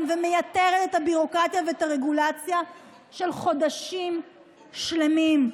ומייתרת את הביורוקרטיה והרגולציה של חודשים שלמים.